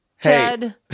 Ted